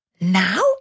Now